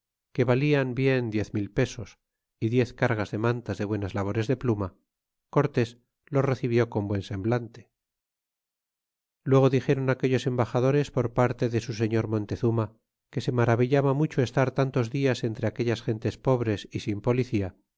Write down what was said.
que vallan bien diez mil pesos y diez cargas de mantas de buenas labores de pluma cortés los recibió con buen semblante y luego dixéron aquellos embaxadores por parte de su señor montezuma que se maravillaba mucho estar tantos dias entre aquellas gentes pobres y sin policía